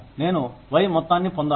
నేను వై మొత్తాన్ని పొందాలి